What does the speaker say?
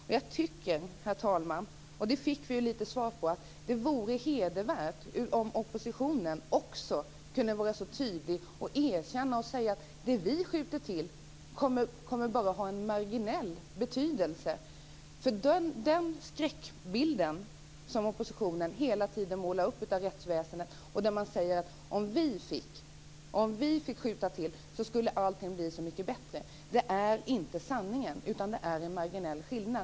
Men jag tycker, herr talman, att det vore hedervärt om oppositionen också kunde vara så tydlig att man erkänner att det man skjuter till bara kommer att ha en marginell betydelse. Detta fick vi ju också lite grann svar på här. Oppositionen målar hela tiden upp en skräckbild av rättsväsendet, och säger: Om vi fick skjuta till resurser så skulle allting bli mycket bättre. Det är inte sanningen! Skillnaden är i stället marginell.